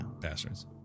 Bastards